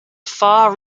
far